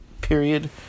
period